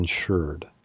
insured